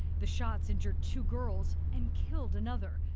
the shots injured two girls and killed another.